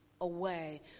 away